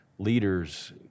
Leaders